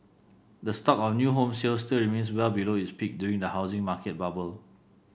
the stock of new home sales still remains well below its peak during the housing market bubble